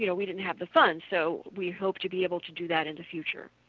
you know we didn't have the funds, so we hope to be able to do that in the future.